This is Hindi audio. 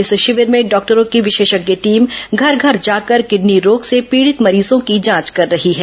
इस शिविर में डॉक्टरों की विशेषज्ञ टीम घर घर जाकर किडनी रोग से पीड़ित मरीजों की जांच कर रही है